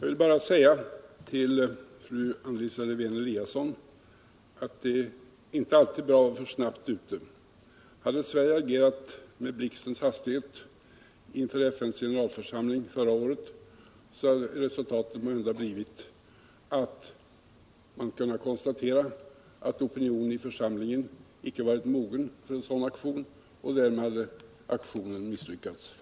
Herr talman! Till fru Anna Lisa Lewén-Eliasson vill jag säga att det inte alltid är bra att vara för snabbt ute. Hade Sverige reagerat med blixtens hastighet inför FN:s generalförsamling förra året, hade resultatet måhända blivit ett konstaterande av att opinionen i församlingen icke varit mogen för en sådan auktion, och därmed hade den misslyckats.